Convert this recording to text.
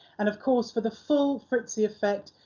and of course, for the full fritzi effect,